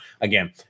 Again